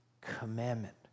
commandment